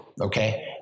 Okay